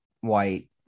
white